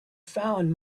found